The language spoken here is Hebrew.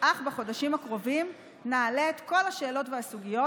אך בחודשים הקרובים נעלה את כל השאלות והסוגיות,